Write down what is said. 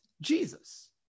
Jesus